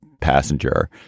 passenger